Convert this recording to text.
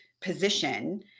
position